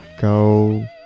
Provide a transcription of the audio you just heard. Go